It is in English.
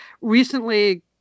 recently